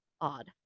odd